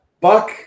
Buck